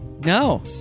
No